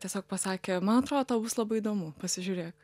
tiesiog pasakė man atrodo tau bus labai įdomu pasižiūrėk